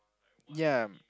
ya